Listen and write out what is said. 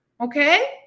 okay